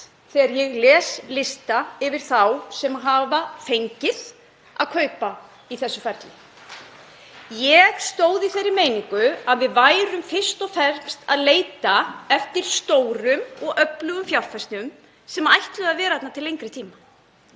þegar ég les lista yfir þá sem hafa fengið að kaupa í þessu ferli. Ég stóð í þeirri meiningu að við værum fyrst og fremst að leita eftir stórum og öflugum fjárfestum sem ætluðu að vera þarna til lengri tíma.